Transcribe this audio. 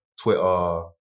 Twitter